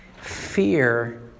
Fear